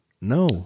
No